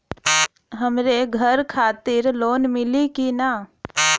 हमरे घर खातिर लोन मिली की ना?